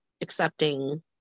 accepting